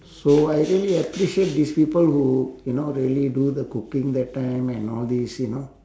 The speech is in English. so I really appreciate these people who you know really do the cooking that time and all these you know